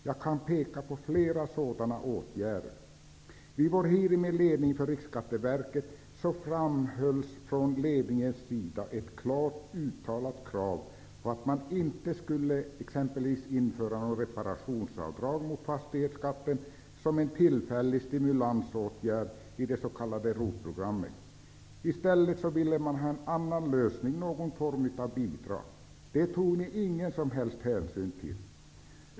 Jag kan peka på flera sådana åtgärder. Vid vår hearing med ledningen för Riksskatteverket ställdes från ledningens sida ett klart uttalat krav på att man inte skulle införa något reparationsavdrag mot fastighetsskatten som en tillfällig stimulansåtgärd i det s.k. ROT programmet. I stället ville man ha en annan lösning, t.ex. någon form av bidrag. Det tog ni ingen som helst hänsyn till.